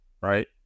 right